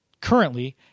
currently